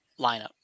lineup